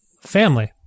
family